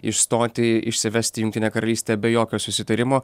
išstoti išsivesti jungtinę karalystę be jokio susitarimo